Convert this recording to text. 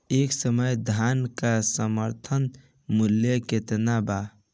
एह समय धान क समर्थन मूल्य केतना बा?